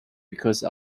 because